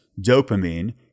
dopamine